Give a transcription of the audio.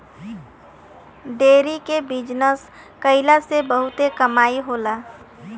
dairy के business कईला से बहुते कमाई होला